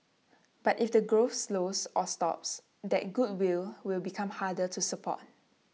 but if the growth slows or stops that goodwill will become harder to support